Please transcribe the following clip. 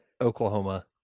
Oklahoma